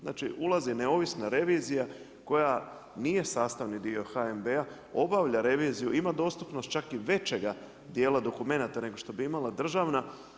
Znači, ulazi neovisna revizija koja nije sastavni dio HNB-a obavlja reviziju, ima dostupnost čak i većega dijela dokumenata nego što bi imala državna.